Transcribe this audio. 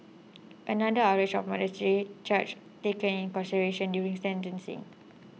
another outrage of modesty charge taken in consideration during sentencing